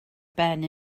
ben